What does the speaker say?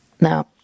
Now